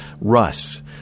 Russ